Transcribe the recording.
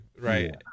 right